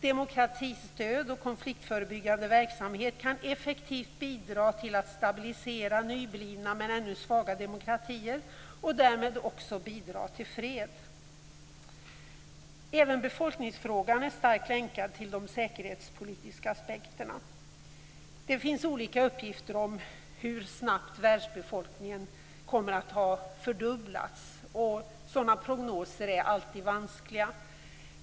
Demokratistöd och konfliktförebyggande verksamhet kan effektivt bidra till att stabilisera nyblivna men ännu svaga demokratier och därmed också bidra till fred. Även befolkningsfrågan är starkt länkad till de säkerhetspolitiska aspekterna. Det finns olika uppgifter om hur snabbt världens befolkning kommer att ha fördubblats. Sådana prognoser är alltid vanskliga.